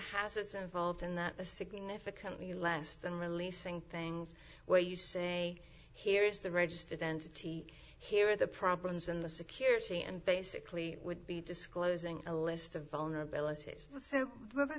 hazards involved in that a significantly less than releasing things where you say here is the registered entity here or the problems in the security and basically would be disclosing a list of vulnerabilit